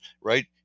right